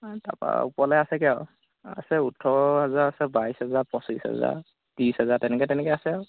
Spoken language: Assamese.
তাৰপৰা ওপৰলৈ আছেগৈ আৰু আছে ওঠৰ হেজাৰ আছে বাইছ হেজাৰ পঁচিছ হেজাৰ ত্ৰিছ হেজাৰ তেনেকৈ তেনেকৈ আছে আৰু